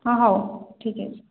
ହଁ ହଉ ଠିକ୍ ଅଛି